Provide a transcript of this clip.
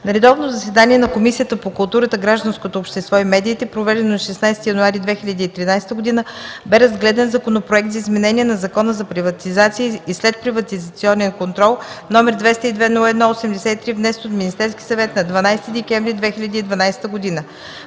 На редовно заседание на Комисията по културата, гражданското общество и медиите, проведено на 16 януари 2013 г., бе разгледан Законопроект за изменение на Закона за приватизация и следприватизационен контрол, № 202-01-83, внесен от Министерски съвет на 12 декември 2012 г.